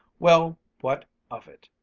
well, what of it?